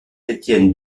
étienne